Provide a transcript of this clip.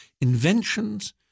Inventions